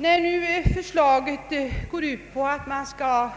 När förslaget går ut på att man skall